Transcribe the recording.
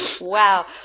Wow